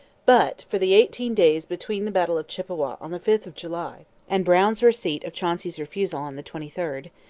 but, for the eighteen days between the battle of chippawa on the fifth of july and brown's receipt of chauncey's refusal on the twenty third,